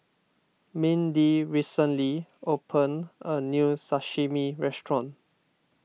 Mindy recently opened a new Sashimi restaurant